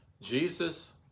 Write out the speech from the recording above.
Jesus